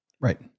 Right